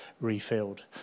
refilled